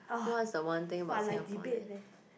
what's the one thing about Singapore that